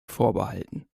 vorbehalten